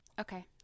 Okay